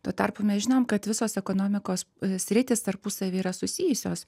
tuo tarpu mes žinom kad visos ekonomikos sritys tarpusavy yra susijusios